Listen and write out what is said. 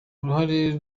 uruhare